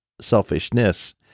selfishness